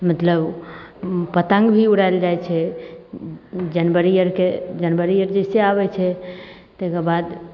मतलब पतङ्ग भी उड़ाएल जाइत छै जनबरी आरके जनबरीएके दिसे आबैत छै ताहिके बाद